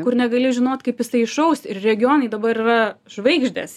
kur negali žinot kaip jisai iššaus ir regionai dabar yra žvaigždės